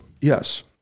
Yes